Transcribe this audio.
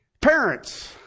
parents